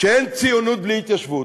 שאין ציונות בלי התיישבות,